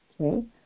Okay